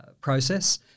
process